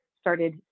started